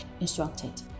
instructed